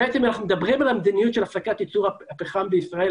אם אנחנו מדברים על המדיניות של הפסקת ייצור הפחם בישראל,